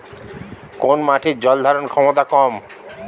কোন মাটির জল ধারণ ক্ষমতা কম?